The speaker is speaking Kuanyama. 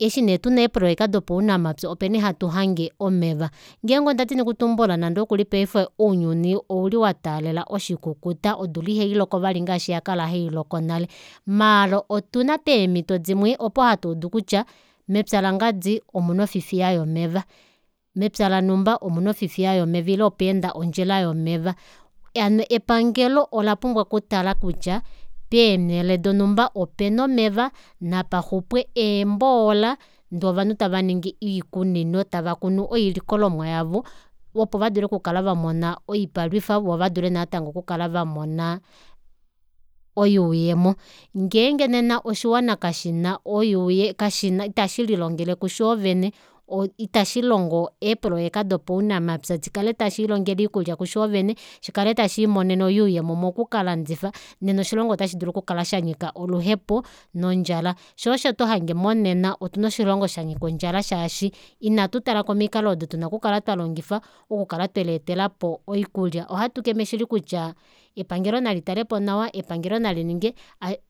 Eshi nee tuna eeprojeka dopaunamapya openi hatuhange omeva ngeenge ndadini okuumbula nande okuli ounyuni ouli wataalela oshikukuta odula ihailoko vali ngaashi yakala hailoko nale maala otuna peemito dimwe opo hatuudu kutya mepya langadi omuna ofifiya yomeva mepya lanhumba omuna ofifiya yomeva ile opaenda ondjila yomeva hano epangelo ola pumbwa okutala kutya peenele donumba opena omeva napaxupwe eemboola ndee ovanhu tavaningi oikunino tavakunhu oilikolomwa yavo opo vadule oku kala vamona oipalwifa voo vadule natango oku kala vamona oyuuyemo. Ngeenge nena oshiwana kashina oyuuyemo ita shililongele kushoovene ita shilongo eeprojeka dopaunamapya shikale tashiilongele oikulya kushoovene shikale tashiimonene oyuuyemo moku kalandifa nena oshilongo ota shidulu okukala shanyika oluhepo nondjala shoo osho tohange monena otuna oshilongo shanyika ondjala shaashi ina tutala komikalo odo tuna oku kala twalongifa okukala tweleetelapo oikulya ohatukeme shili kutya epangelo nali talepo nawa epangelo nalininge